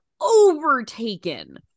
overtaken